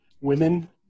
women